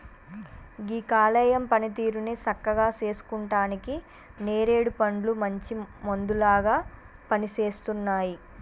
గీ కాలేయం పనితీరుని సక్కగా సేసుకుంటానికి నేరేడు పండ్లు మంచి మందులాగా పనిసేస్తున్నాయి